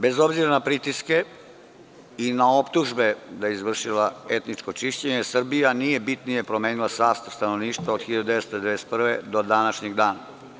Bez obzira na pritiske i na optužbe da je izvršila etničko čišćenje, Srbija nije bitnije promenila sastav stanovništva od 1991. godine do današnjeg dana.